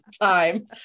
time